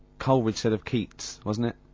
coleridge said of keats wasnt it,